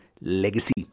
Legacy